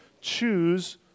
choose